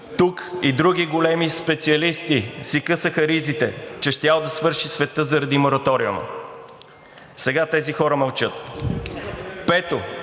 тук и други големи специалисти си късаха ризите, че щял да свърши светът заради мораториума. Сега тези хора мълчат. Пето,